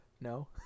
no